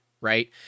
right